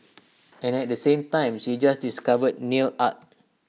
and at the same time she just discovered nail art